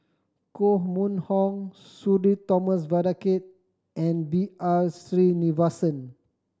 Koh Mun Hong Sudhir Thomas Vadaketh and B R Sreenivasan